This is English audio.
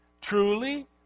Truly